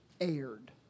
aired